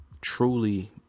truly